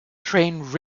trained